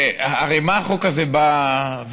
הרי מה החוק הזה בא ואומר?